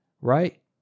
right